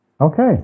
Okay